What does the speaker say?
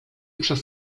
przez